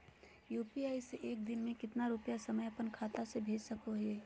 UPI से एक दिन में कितना रुपैया हम अपन खाता से भेज सको हियय?